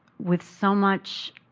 with so much